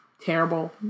terrible